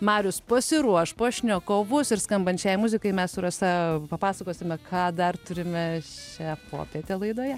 marius pasiruoš pašnekovus ir skambant šiai muzikai mes su rasa papasakosime ką dar turime šią popietę laidoje